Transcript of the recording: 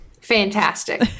Fantastic